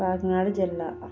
కాకినాడ జిల్లా